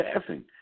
passing